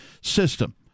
system